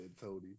Tony